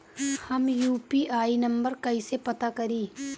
हम UPI number कइसे पता करी?